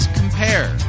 compare